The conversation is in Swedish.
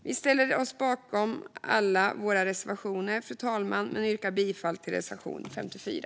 Vi ställer oss bakom alla våra reservationer, fru talman, men yrkar bifall endast till reservation 54.